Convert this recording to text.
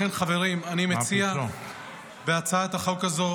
לכן, חברים, אני מציע בהצעת החוק הזו